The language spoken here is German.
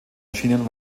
erschienen